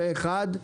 התיקון אושר פה אחד.